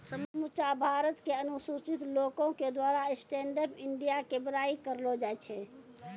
समुच्चा भारत के अनुसूचित लोको के द्वारा स्टैंड अप इंडिया के बड़ाई करलो जाय छै